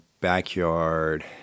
backyard